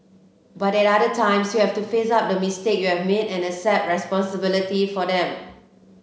but at other times you have to face up to the mistakes you have made and accept responsibility for them